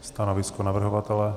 Stanovisko navrhovatele?